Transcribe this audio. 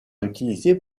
utilisé